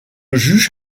juge